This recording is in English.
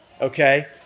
okay